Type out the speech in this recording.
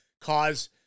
cause